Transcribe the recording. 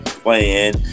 Playing